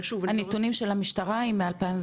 אבל שוב -- הנתונים של המשטרה הם מ-2021,